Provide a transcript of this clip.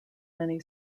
many